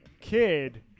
kid